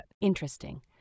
Interesting